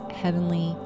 heavenly